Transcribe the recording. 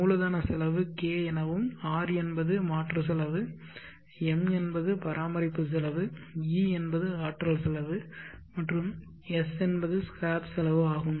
மூலதன செலவு K எனவும் R என்பது மாற்று செலவு M என்பது பராமரிப்பு செலவு E என்பது ஆற்றல் செலவு மற்றும் S என்பது ஸ்கிராப் செலவு ஆகும்